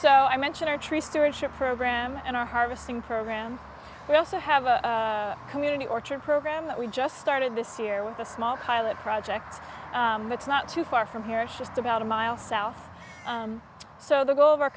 so i mentioned our tree stewardship program and our harvesting program we also have a community orchard program that we just started this year with the small pilot project it's not too far from here it's just about a mile south so the goal of our